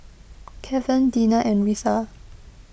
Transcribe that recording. Kevan Dina and Retha